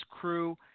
crew